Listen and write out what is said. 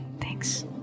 Thanks